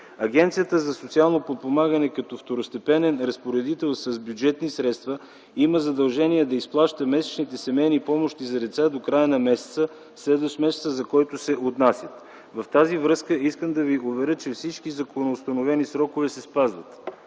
Агенцията за социално подпомагане като второстепенен разпоредител с бюджетни средства има задължение да изплаща месечните семейни помощи за деца до края на месеца, следващ месеца, за който се отнасят. В тази връзка искам да Ви уверя, че всички законоустановени срокове се спазват.